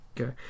Okay